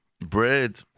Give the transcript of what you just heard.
bread